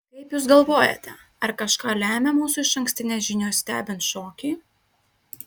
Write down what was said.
kaip jūs galvojate ar kažką lemia mūsų išankstinės žinios stebint šokį